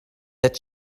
that